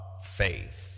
faith